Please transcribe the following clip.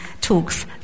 talks